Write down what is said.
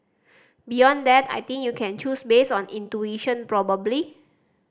beyond that I think you can choose based on intuition probably